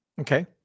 Okay